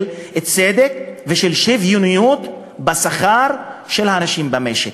צדק ושל שוויוניות בשכר של האנשים במשק,